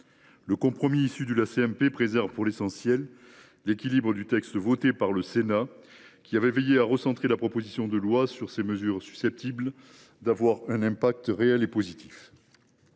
la commission mixte paritaire préserve, pour l’essentiel, l’équilibre du texte adopté par le Sénat, qui avait veillé à recentrer la proposition de loi sur les mesures susceptibles d’avoir un impact réel et positif.